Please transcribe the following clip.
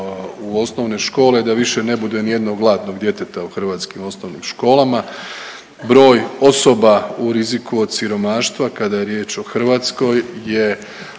u osnovne škole da više ne bude ni jednog gladnog djeteta u hrvatskim osnovnim školama. Broj osoba u riziku od siromaštva kada je riječ o Hrvatskoj je